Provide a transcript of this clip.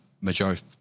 majority